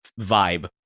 vibe